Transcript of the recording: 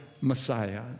Messiah